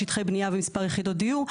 שטחי בניה ומספר יחידות דיור.